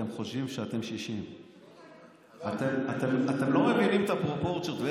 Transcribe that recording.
שחושבים שהם 60. אתם לא מבינים את הפרופורציות.